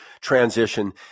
transition